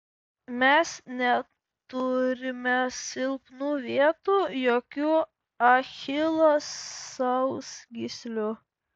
mes neturime silpnų vietų jokių achilo sausgyslių